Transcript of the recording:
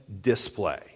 display